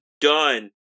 done